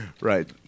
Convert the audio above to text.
right